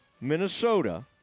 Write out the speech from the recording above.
Minnesota